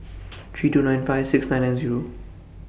three two nine five six nine nine Zero